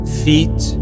feet